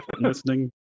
listening